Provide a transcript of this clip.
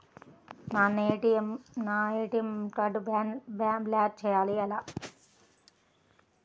నేను నా ఏ.టీ.ఎం కార్డ్ను బ్లాక్ చేయాలి ఎలా?